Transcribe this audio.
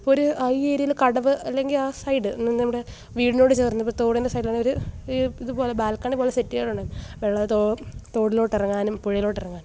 ഇപ്പൊരു ആ ഏരിയയില് കടവ് അല്ലെങ്കിൽ ആ സൈഡ് നമ്മുടെ വീടിനോടു ചേര്ന്ന് ഇപ്പോൾ തോടിന്റെ സൈഡില് ഒരു ഈ ഇതു പോലെ ബാല്ക്കണി പോലെ സെറ്റ് ചെയ്യാറുണ്ടായിരുന്നു വെള്ളം തോ തോടിലോട്ട് ഇറങ്ങാനും പുഴയിലോട്ടിറങ്ങാനും